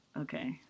Okay